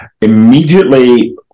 Immediately